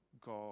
God